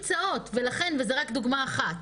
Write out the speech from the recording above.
וזאת רק דוגמה אחת,